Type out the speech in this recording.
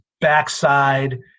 backside